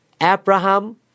Abraham